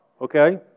okay